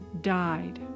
died